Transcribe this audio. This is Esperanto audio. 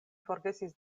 forgesis